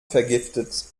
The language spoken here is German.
vergiftet